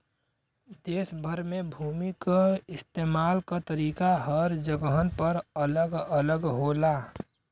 देस भर में भूमि क इस्तेमाल क तरीका हर जगहन पर अलग अलग होला